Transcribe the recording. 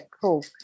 cool